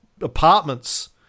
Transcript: apartments